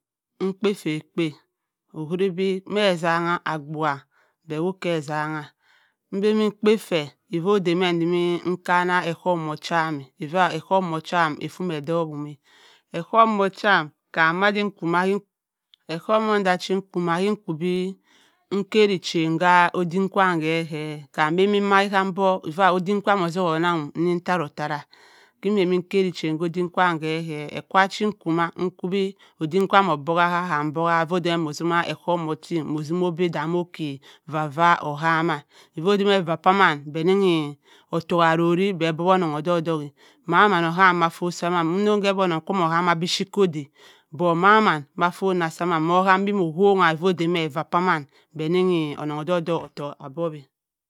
. Emkpa ta mkpa-a owuridi mẹ ezanna aghubua bẹ wokeẹ ezanna em bẹn bi mkpa fẹ odemme ezimmi ekan-ẹ ẹ’ohohm wo chamma eva ẹ’ohohm wo chamm ava mẹ dokumma ẹ’ohohm wo chamm madin nkoma e’ọhọhm m’ehi nko ma di nka bẹ nnku karri ghaan ka odim kwaam ke-bhẹ kam mbẹndi wag-ẹ kam ọbọk odim kwaam ozuru onnang mm ezimma ottot-ottara kẹ bẹnbi kari ghaan ka odim kwaam bhe-hẹ ekwa chi nnko mạ nnko bẹ odim kwaam obhok-a kam obhak-a ofọ odamẹ mo si mma e’ohohm wotl ting mọ zimma ogha da moki va obhamm-a ovo da mẹ va paman bẹ nnin-ẹ ọttọku arinyi bẹ dowi onnong odok-dok-a maman ka fott sa ma nnong kẹ bẹ onnong wommo wommo buan biphyitt ko-da but maman ka fott sa man mọ bham bẹ mo bhonna otto da mẹ va paman bẹ nniyi onnong odok-dok a bowi-e